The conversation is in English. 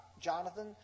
Jonathan